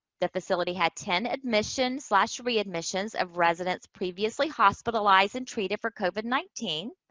the facility had ten admission slash readmissions of residents previously hospitalized and treated for covid nineteen.